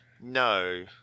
no